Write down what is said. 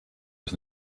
was